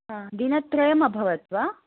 हा दिनत्रयमभवत् वा